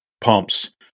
pumps